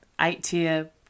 eight-tier